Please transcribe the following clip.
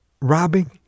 robbing